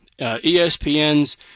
ESPN's